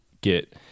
get